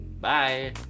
bye